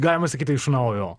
galima sakyti iš naujo